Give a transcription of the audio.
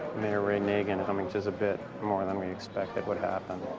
mayor ray nagin coming is a bit more than we expected would happen.